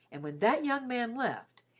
and when that young man left,